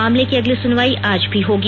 मामले की अगली सुनवाई आज भी होगी